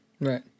right